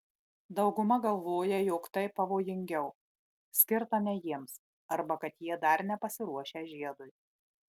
dauguma galvoja jog tai pavojingiau skirta ne jiems arba kad jie dar nepasiruošę žiedui